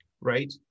right